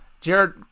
Jared